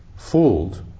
fooled